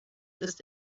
ist